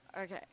Okay